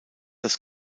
das